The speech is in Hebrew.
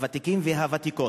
הוותיקים והוותיקות,